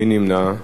מי נמנע?